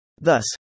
Thus